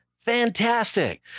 Fantastic